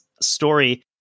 story